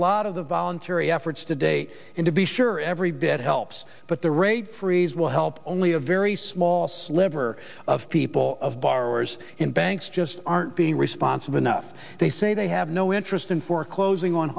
lot of the voluntary efforts to date in to be sure every bit helps but the rate freeze will help only a very small sliver of people of borrowers in banks just aren't being responsive enough they say they have no interest in foreclosing on